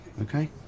Okay